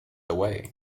away